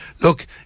look